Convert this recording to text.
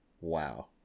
wow